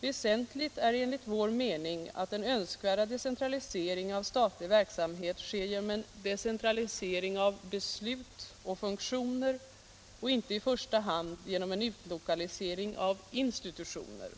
Väsentligt är enligt vår mening att den önskvärda decentraliseringen av statlig verksamhet sker genom en decentralisering av beslut och funktioner och inte i första hand genom en utlokalisering av institutioner.